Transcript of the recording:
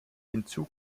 hinzu